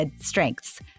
strengths